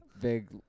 Big